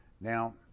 Now